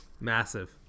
massive